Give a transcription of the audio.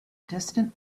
distant